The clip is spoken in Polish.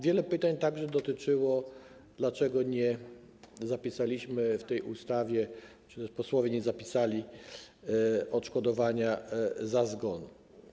Wiele pytań także dotyczyło tego, dlaczego nie zapisaliśmy w tej ustawie, czy też posłowie nie zapisali, odszkodowania za zgon.